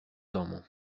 domu